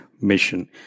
mission